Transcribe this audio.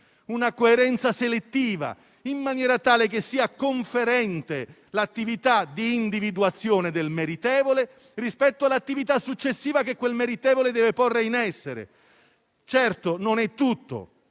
una coerenza selettiva, in maniera tale che l'attività di individuazione del meritevole sia conferente rispetto all'attività successiva che quel meritevole deve porre in essere. Certo, non è tutto.